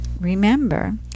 Remember